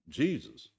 jesus